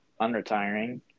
unretiring